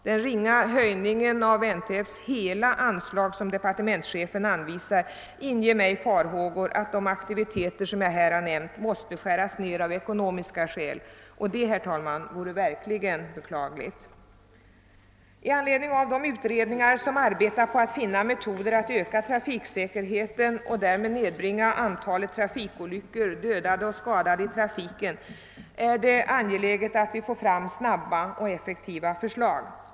Den ringa höjningen av NTF:s hela anslag som departementschefen anvisar inger farhågor att de aktiviteter som jag här nämnt måste skäras ned av ekonomiska skäl och det vore, herr talman, verkligen beklagligt. Det är angeläget att de utredningar som arbetar på att finna metoder att öka trafiksäkerheten och därmed nedbringa antalet olyckor med dödade och skadade i trafiken blir i stånd att lägga fram snabba och effektiva förslag.